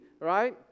right